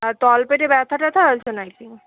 আর তলপেটে ব্যথা ট্যথা আছে না কি